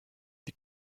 die